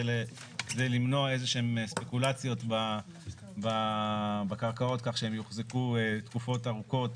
כדי למנוע ספקולציות בקרקעות כך שהן תוחזקנה תקופות ארוכות